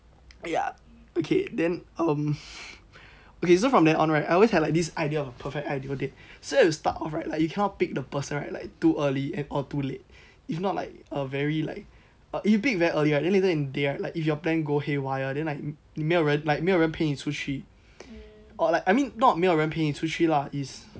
ya okay then um okay so from that on right I always have this idea of perfect ideal date so it will start off right like you cannot pick the person right like too early and or too late if not like a very like if you pick very early right then later in day right if your plan go haywire like 你没有人 like 没有人陪你出去 or I mean not 没有人陪你出去 lah it's